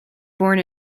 born